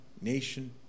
nation